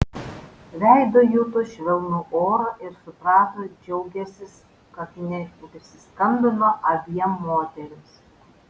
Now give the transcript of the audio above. veidu juto švelnų orą ir suprato džiaugiąsis kad neprisiskambino abiem moterims